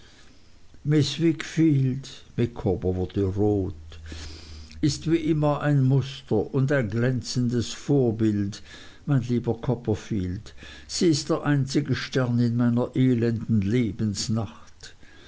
micawber wurde rot ist wie immer ein muster und ein glänzendes vorbild mein lieber copperfield sie ist der einzige stern in meiner elenden lebensnacht